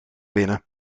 binnen